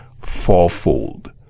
fourfold